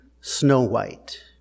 snow-white